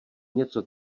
něco